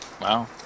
Wow